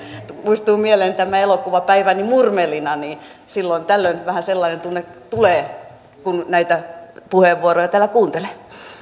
muistuu mieleen elokuva päiväni murmelina silloin tällöin vähän sellainen tunne tulee kun näitä puheenvuoroja täällä kuuntelee